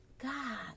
God